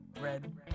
Red